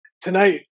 tonight